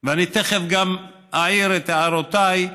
ותכף גם אעיר את הערותיי,